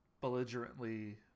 belligerently